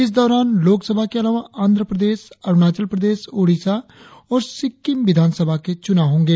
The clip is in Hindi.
इस दौरान लोकसभा के अलावा आंध्र प्रदेश अरुणाचल प्रदेश ओडिसा और सिक्किम विधानसभा के चुनाव होंगे